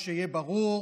ושיהיה ברור,